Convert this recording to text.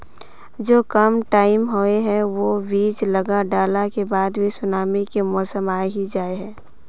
जो कम टाइम होये है वो बीज लगा डाला के बाद भी सुनामी के मौसम आ ही जाय है?